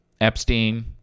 Epstein